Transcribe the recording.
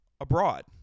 abroad